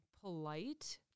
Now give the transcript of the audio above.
polite